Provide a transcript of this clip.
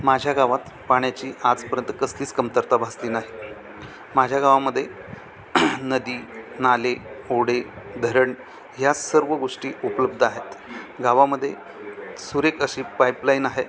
माझ्या गावात पाण्याची आजपर्यंत कसलीच कमतरता भासली नाही माझ्या गावामध्ये नदी नाले ओढे धरण ह्या सर्व गोष्टी उपलब्ध आहेत गावामध्ये सुरेख अशी पाईपलाईन आहे